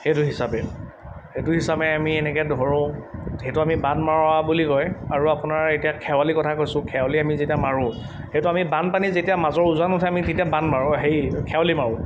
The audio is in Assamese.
সেইটো হিচাপে সেইটো হিচাপে আমি এনেকৈ ধৰোঁ সেইটো আমি বান্ধ মৰা বুলি কয় আৰু আপোনাৰ এতিয়া খেৱালিৰ কথা কৈছোঁ খেৱালি আমি যেতিয়া মাৰোঁ সেইটো আমি বানপানী যেতিয়া মাছৰ উজান উঠে আমি তেতিয়া বান্ধ মাৰোঁ হেৰি খেৱালি মাৰোঁ